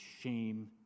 shame